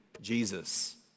Jesus